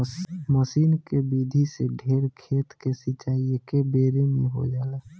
मसीन के विधि से ढेर खेत के सिंचाई एकेबेरे में हो जाला